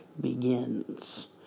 begins